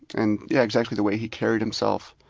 and, yeah exactly, the way he carried himself,